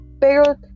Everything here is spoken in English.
pero